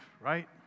right